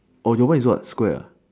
oh your one is what square ah